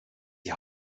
die